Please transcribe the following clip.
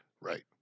right